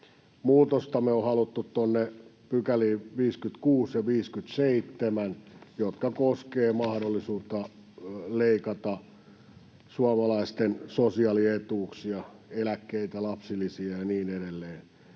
Muutosta me ollaan haluttu 56 ja 57 §:iin, jotka koskevat mahdollisuutta leikata suomalaisten sosiaalietuuksia, eläkkeitä, lapsilisiä ja niin edelleen.